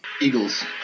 Eagles